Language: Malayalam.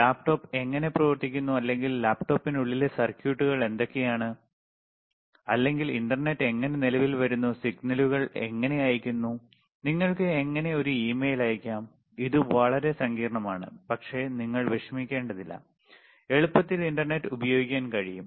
ലാപ്ടോപ്പ് എങ്ങനെ പ്രവർത്തിക്കുന്നു അല്ലെങ്കിൽ ലാപ്ടോപ്പിനുള്ളിലെ സർക്യൂട്ടുകൾ എന്തൊക്കെയാണ് അല്ലെങ്കിൽ ഇന്റർനെറ്റ് എങ്ങനെ നിലവിൽ വരുന്നു സിഗ്നലുകൾ എങ്ങനെ അയയ്ക്കുന്നു നിങ്ങൾക്ക് എങ്ങനെ ഒരു ഇമെയിൽ അയയ്ക്കാം ഇത് വളരെ സങ്കീർണ്ണമാണ് പക്ഷേ നിങ്ങൾ വിഷമിക്കേണ്ടതില്ല എളുപ്പത്തിൽ ഇന്റർനെറ്റ് ഉപയോഗിക്കാൻ കഴിയും